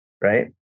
right